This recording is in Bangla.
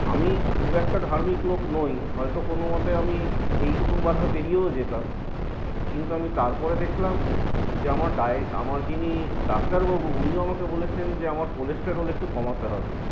আমি খুব একটা ধার্মিক লোক নই হয়তো কোনও মতে আমি এইটুকুন বাঁধা পেড়িয়েও যেতাম কিন্তু আমি তারপরে দেখলাম যে আমার ডাই আমার যিনি ডাক্তারবাবু উনিও আমাকে বলেছেন যে আমার কোলেস্টেরল একটু কমাতে হবে